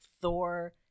Thor